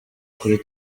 kuri